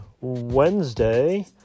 Wednesday